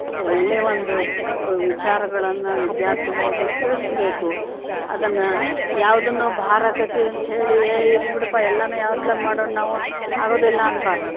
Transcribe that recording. ಒಳ್ಳೆಯ ಒಂದು ವಿಚಾರಗಳನ್ನು ವಿದ್ಯಾರ್ಥಿಗಳಿಗೆ ತಿಳಿಸ್ಬೇಕು ಅದನ್ನು ಯಾವುದನ್ನು ಭಾರಾಕತಿ ಅಂತ್ಹೇಳಿ ಏ ಇಲ್ಲ ಬಿಡಪ್ಪ ಎಲ್ಲವೂ ಯಾವತ್ಲಾಗ ಮಾಡೋಣ ನಾವು ಆಗುವುದಿಲ್ಲ ಅನ್ನಬಾರ್ದು